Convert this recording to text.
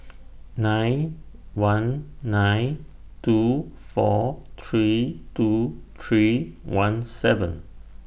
nine one nine two four three two three one seven